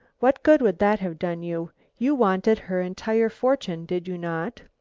what good would that have done you? you wanted her entire fortune, did you not?